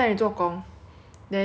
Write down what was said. I forgot if I told you or not